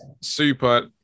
super